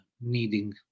needing